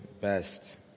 best